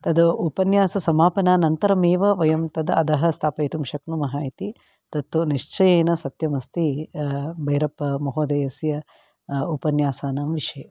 तत् उपन्याससमापनानन्तरम् एव वयं तत् अधः स्थायपितुं शक्नुमः इति तत्तु निश्चयेन सत्यम् अस्ति बैरप्पमहोदयस्य उपन्यासानां विषये